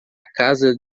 casa